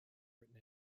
written